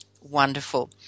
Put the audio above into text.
Wonderful